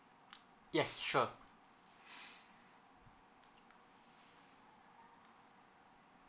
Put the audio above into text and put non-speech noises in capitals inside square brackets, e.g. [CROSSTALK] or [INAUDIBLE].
yes sure [BREATH]